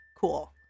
cool